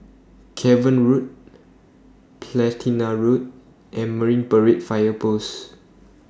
Cavan Road Platina Road and Marine Parade Fire Post